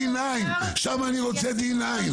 שם אני רוצה די-9,